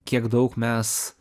kiek daug mes